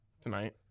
tonight